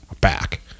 back